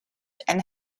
and